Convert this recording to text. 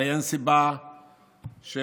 הרי אין סיבה להתנגד